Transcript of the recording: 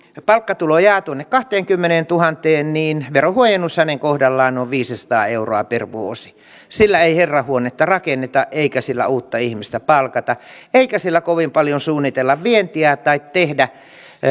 palkkatulo jää tuonne kahteenkymmeneentuhanteen niin verohuojennus hänen kohdallaan on viisisataa euroa per vuosi sillä ei herran huonetta rakenneta eikä sillä uutta ihmistä palkata eikä sillä kovin paljon suunnitella vientiä tai tehdä